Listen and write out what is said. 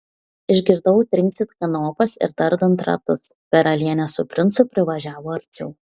išgirdau trinksint kanopas ir dardant ratus karalienė su princu privažiavo arčiau